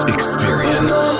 Experience